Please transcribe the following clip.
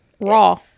raw